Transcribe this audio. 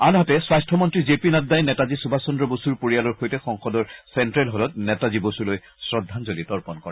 আনহাতে স্বাস্থ্য মন্ত্ৰী জে পি নাদ্দাই নেতাজী সুভাষ চন্দ্ৰ বসুৰ পৰিয়ালৰ সৈতে সংসদৰ চেণ্ট্ৰেল হলত নেতাজী বসুলৈ শ্ৰদ্ধাঞ্জলি তৰ্পণ কৰে